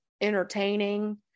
entertaining